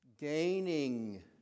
gaining